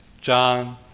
John